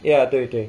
ya 对对